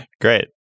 Great